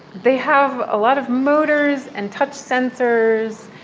they have a lot of motors and touch sensors.